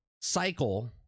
cycle